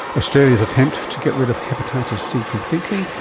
australia's attempt to get rid of hepatitis c completely.